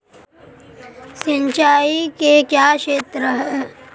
सिंचाई के क्या स्रोत हैं?